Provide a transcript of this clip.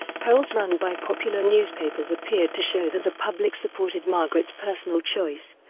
polls run by popular newspapers appeared to show that the public supported margaret's personal choice,